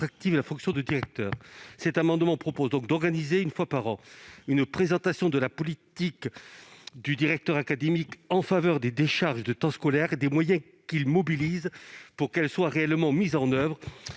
pour rendre attractive la fonction de directeur. Cet amendement vise à organiser une fois par an une présentation de la politique du directeur académique en matière de décharges de temps scolaire et des moyens qu'il mobilise pour que celles-ci soient réellement mises en oeuvre